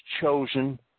chosen